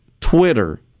Twitter